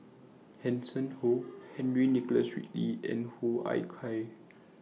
Hanson Ho Henry Nicholas Ridley and Hoo Ah Kay